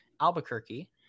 albuquerque